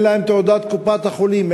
אין להן תעודת קופת-חולים,